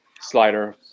slider